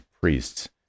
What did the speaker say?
priests